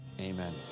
Amen